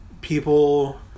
people